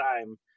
time